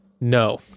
No